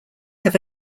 have